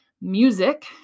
music